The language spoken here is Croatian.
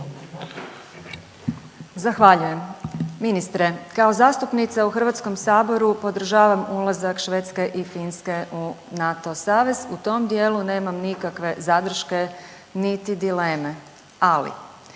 Zahvaljujem. Ministre, kao zastupnica u HS-u podržavam ulazak Švedske i Finske u NATO savez. U tom dijelu nemam nikakve zadrške niti dileme. Ali,